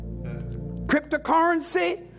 Cryptocurrency